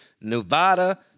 Nevada